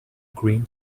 green